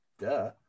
Duh